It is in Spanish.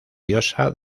diosa